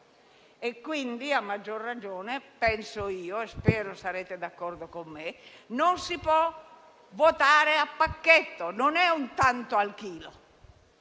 e quindi, a maggior ragione, penso - e spero che sarete d'accordo con me - che non si possa votare a pacchetto: non è un tanto al chilo.